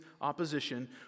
opposition